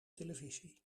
televisie